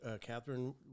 Catherine